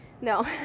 no